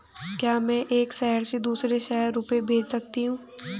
क्या मैं एक शहर से दूसरे शहर रुपये भेज सकती हूँ?